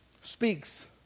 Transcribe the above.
speaks